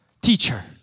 Teacher